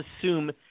assume